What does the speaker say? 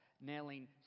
Nailing